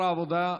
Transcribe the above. תודה לשר העבודה,